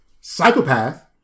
Psychopath